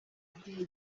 igihe